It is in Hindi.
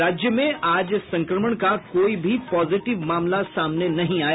राज्य में आज संक्रमण का कोई भी पॉजिटिव मामला सामने नहीं आया